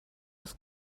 wrth